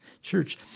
church